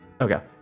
Okay